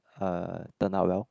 uh turn out well